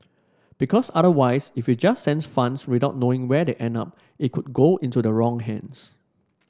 because otherwise if you just send funds without knowing where they end up it could go into the wrong hands